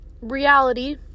reality